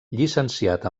llicenciat